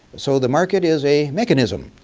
so the market is a mechanism,